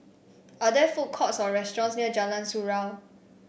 are there food courts or restaurants near Jalan Surau